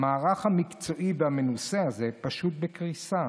המערך המקצועי והמנוסה הזה פשוט בקריסה.